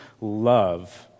love